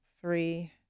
three